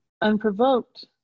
unprovoked